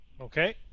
Okay